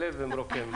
ממלא ומרוקן.